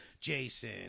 Jason